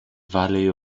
valley